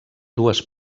dues